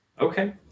Okay